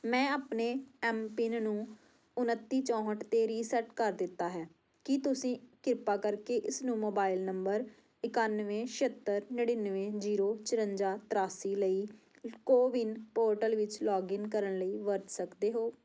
ਮੈਂ ਆਪਣੇ M PIN ਨੂੰ ਉਨੱਤੀ ਚੌਹਠ 'ਤੇ ਰੀਸੈਟ ਕਰ ਦਿੱਤਾ ਹੈ ਕੀ ਤੁਸੀਂ ਕਿਰਪਾ ਕਰਕੇ ਇਸ ਨੂੰ ਮੋਬਾਈਲ ਨੰਬਰ ਇਕਾਨਵੇਂ ਛੇਹੱਤਰ ਨੜ੍ਹਿੰਨਵੇਂ ਜੀਰੋ ਚੁਰੰਜਾ ਤਰਾਸੀ ਲਈ ਕੋਵਿਨ ਪੋਰਟਲ ਵਿੱਚ ਲੌਗਇਨ ਕਰਨ ਲਈ ਵਰਤ ਸਕਦੇ ਹੋ